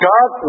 God